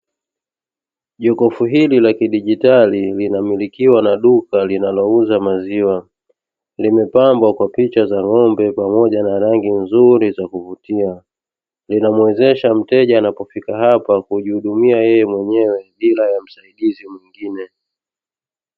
Jokofu hili la kidigitali linamilikiwa na duka linalouza maziwa. Limepambwa kwa picha za ng'ombe pamoja na rangi nzuri za kuvutia. Linamuwezesha mteja anapofika hapa kujihudumia yeye mwenyewe bila ya msaidizi mwingine.